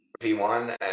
v1